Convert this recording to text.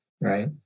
right